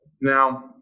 Now